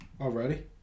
already